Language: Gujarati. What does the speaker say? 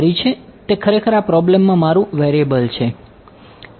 તે ખરેખર આ પ્રોબ્લેમમાં મારૂ વેરિએબલ છે